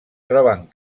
troben